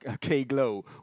K-Glow